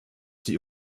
die